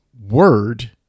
word